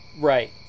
Right